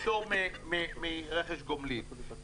פטור לרכש גומלין והיא נדחתה.